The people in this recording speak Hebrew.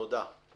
תודה.